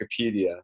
Wikipedia